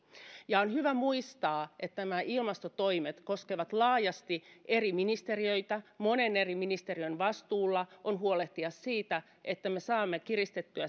ja on hyvä muistaa että nämä ilmastotoimet koskevat laajasti eri ministeriöitä monen eri ministeriön vastuulla on huolehtia siitä että me saamme